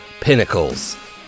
pinnacles